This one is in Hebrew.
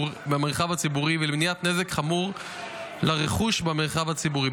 הציבורי ולמניעת נזק חמור לרכוש במרחב הציבורי.